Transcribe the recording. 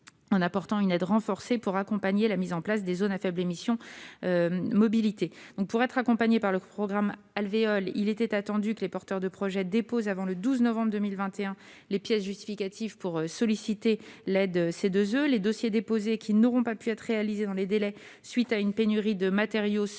en apportant une aide renforcée pour accompagner la mise en place des zones à faibles émissions mobilité. Pour être accompagnés par le programme Alvéole, il était attendu que les porteurs de projet déposent avant le 12 novembre 2021 les pièces justificatives pour solliciter l'aide CEE. Les dossiers déposés qui n'auront pu être réalisés dans les délais à la suite d'une pénurie de matériaux seront examinés